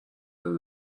than